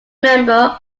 member